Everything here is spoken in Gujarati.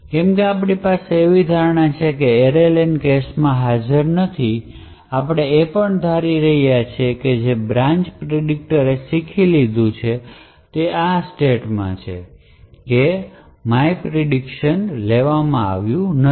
કેમ કે આપણી પાસે એવી ધારણા છે કે array len કેશમાં હાજર નથી આપણે એ પણ ધારી રહ્યા છીએ કે જે બ્રાન્ચ પ્રિડિકટર એ શીખી લીધું છે અને તે એ સ્ટેટમાં છે કે myprediction લેવામાં આવ્યું નથી